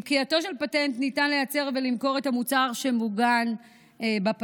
עם פקיעתו של פטנט ניתן לייצר ולמכור את המוצר שמוגן בפטנט,